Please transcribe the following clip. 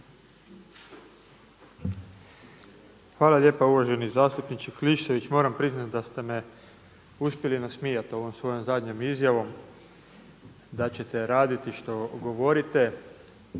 Hvala lijepa. Uvaženi zastupniče Klisović, moram priznati da ste me uspjeli nasmijati ovom svojom zadnjom izjavom da ćete raditi što govorite.